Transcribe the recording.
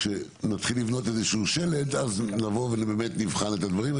כשנתחיל לבנות איזשהו שלד אז נבור ובאמת נבחן את הדברים.